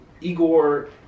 Igor